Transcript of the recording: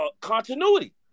continuity